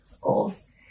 goals